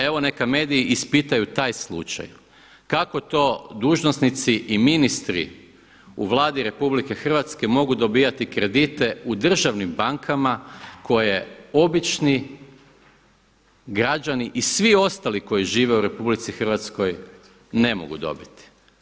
Evo neka mediji ispitaju taj slučaj, kako to dužnosnici i ministri u Vladi RH mogu dobivati kredite u državnim bankama koje obični građani i svi ostali koji žive u RH ne mogu dobiti.